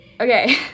okay